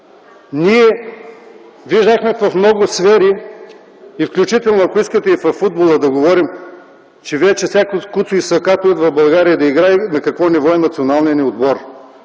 Ние видяхме в много сфери, включително и във футбола, че вече всяко куцо и сакато идва в България да играе, и на какво ниво е националният ни отбор.